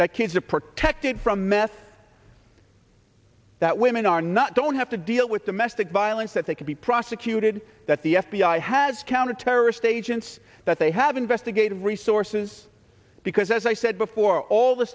that kids are protected from meth that women are not don't have to deal with domestic violence that they could be prosecuted that the f b i has counterterrorist age yes that they have investigative resources because as i said before all the